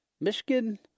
Michigan